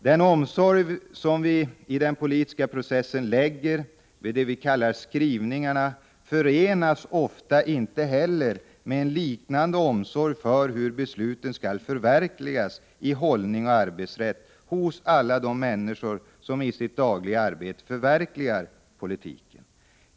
Den omsorg som vi i den politiska processen lägger ned på det vi kallar ”skrivningarna” förenas ofta inte heller med en liknande omsorg för hur besluten skall förverkligas i hållning och arbetssätt hos alla de människor som i sitt dagliga arbete förverkligar politiken.